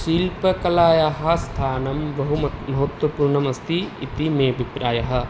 शिल्पकलायाः स्थानं बहु म महत्त्वपूर्णम् अस्ति इति मे अभिप्रायः